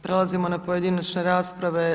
Prelazimo na pojedinačne rasprave.